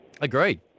Agreed